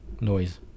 noise